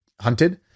hunted